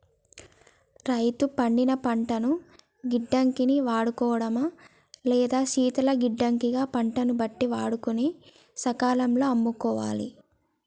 రైతు పండిన పంటను గిడ్డంగి ని వాడుకోడమా లేదా శీతల గిడ్డంగి గ పంటను బట్టి వాడుకొని సకాలం లో అమ్ముకోవాలె